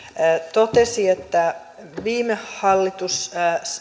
totesi että viime hallitus